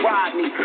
Rodney